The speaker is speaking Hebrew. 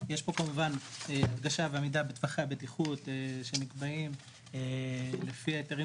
יש פה כמובן הדגשה ועמידה בטווחי הבטיחות שנקבעים לפי ההיתרים